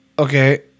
Okay